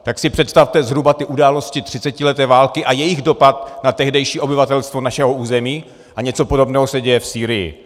Tak si představte zhruba ty události třicetileté války a jejich dopad na tehdejší obyvatelstvo našeho území, a něco podobného se děje v Sýrii.